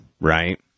Right